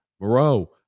Moreau